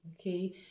okay